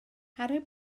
harri